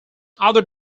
other